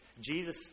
Jesus